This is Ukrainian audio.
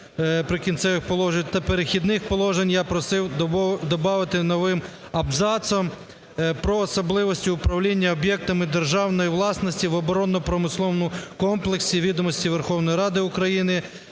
"Прикінцевих положень" та "Перехідних положень" я просив добавити новим абзацом: "Про особливості управління об'єктами державної власності в оборонно-промисловому комплексі ("Відомості Верховної Ради України"